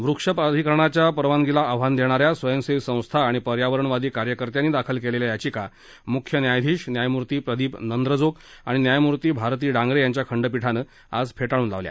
वृक्षप्राधिकरणाच्या परवानगीला आव्हान देणा या स्वयंसेवी संस्था आणि पर्यावरणवादी कार्यकर्त्यांनी दाखल केलेल्या याचिका मुख्य न्यायाधीश न्यायमूर्ती प्रदीप नंद्रजोग आणि न्यायमूर्ती भारती डांगरे यांच्या खंडपीठानं आज फेटाळून लावल्या